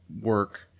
work